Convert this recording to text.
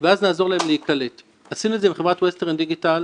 אז אם פעם אולי חברות ההייטק היו יותר בררניות